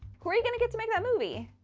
who are you gonna get to make that movie?